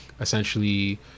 essentially